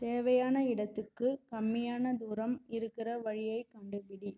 தேவையான இடத்துக்கு கம்மியான தூரம் இருக்கிற வழியை கண்டுபிடி